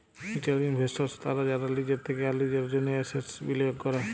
retail investors তারা যারা লিজের থেক্যে আর লিজের জন্হে এসেটস বিলিয়গ ক্যরে